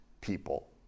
people